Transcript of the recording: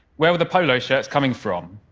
where were the polo shirts coming from?